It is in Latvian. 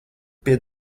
pie